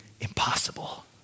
impossible